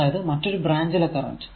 അതായതു മറ്റൊരു ബ്രാഞ്ച് ലെ കറന്റ്